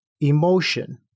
emotion